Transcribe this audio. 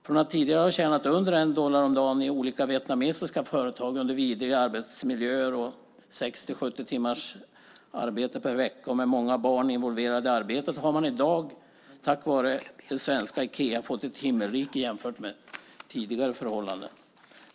Från att tidigare ha tjänat under 1 dollar om dagen i olika vietnamesiska företag i vidriga arbetsmiljöer och med 60-70 timmars arbetsvecka med många barn involverade i arbetet har man i dag, tack vare det svenska Ikea, fått ett himmelrike jämfört med tidigare förhållanden.